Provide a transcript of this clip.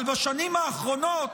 אבל בשנים האחרונות